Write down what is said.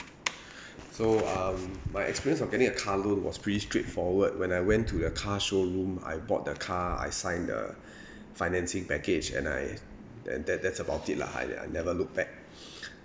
so um my experience of getting a car loan was pretty straightforward when I went to the car showroom I bought the car I signed the financing package and I and that that's about it lah I I never looked back